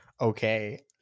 okay